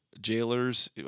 jailers